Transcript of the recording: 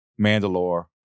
Mandalore